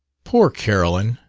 poor carolyn!